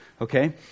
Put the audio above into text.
okay